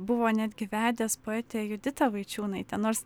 buvo netgi vedęs poetę juditą vaičiūnaitę nors